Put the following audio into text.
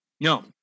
No